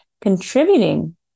contributing